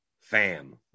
Fam